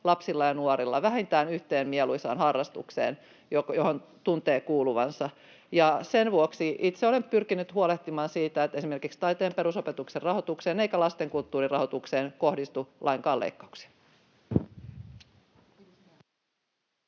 lapsilla ja nuorilla, vähintään yhteen mieluisaan harrastukseen, johon tuntee kuuluvansa. Ja sen vuoksi itse olen pyrkinyt huolehtimaan siitä, että esimerkiksi taiteen perusopetuksen rahoitukseen ja lastenkulttuurin rahoitukseen ei kohdistu lainkaan leikkauksia.